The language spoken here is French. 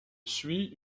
suit